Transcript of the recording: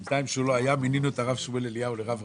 לגבי ניזוק שהוא מוסד ציבורי זכאי ולגבי